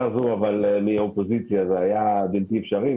הזאת אבל מהאופוזיציה זה היה בלתי אפשרי.